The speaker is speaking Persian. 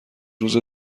روز